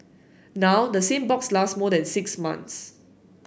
now the same box last more than six months